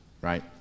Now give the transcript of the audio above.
right